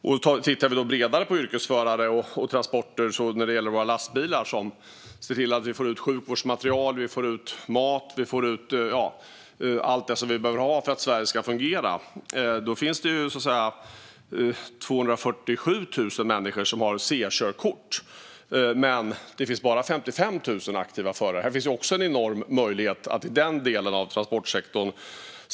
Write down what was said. Om vi tittar bredare på behovet av yrkesförare och transporter när det gäller våra lastbilar, som ser till att vi får ut sjukvårdsmaterial, mat och allt det som vi behöver ha för att Sverige ska fungera, finns det 247 000 människor som har C-körkort men bara 55 000 aktiva förare. Här finns också en enorm möjlighet att i den delen av transportsektorn se vad man kan göra.